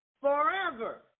forever